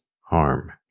harm